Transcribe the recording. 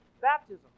baptism